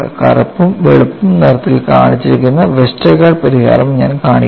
കറുപ്പും വെളുപ്പും നിറത്തിൽ കാണിച്ചിരിക്കുന്ന വെസ്റ്റർഗാർഡ് പരിഹാരം ഞാൻ കാണിക്കാം